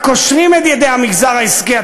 רק קושרים את ידי המגזר העסקי.